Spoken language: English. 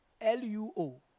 L-U-O